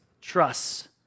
trusts